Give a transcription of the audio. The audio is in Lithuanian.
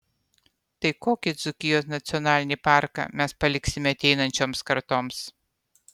tai kokį dzūkijos nacionalinį parką mes paliksime ateinančioms kartoms